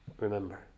remember